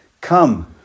Come